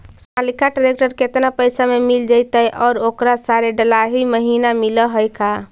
Sonalika tractor केतना पैसा में मिल जइतै और ओकरा सारे डलाहि महिना मिलअ है का?